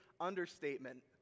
understatement